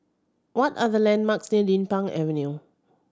what are the landmarks Din Pang Avenue